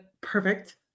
perfect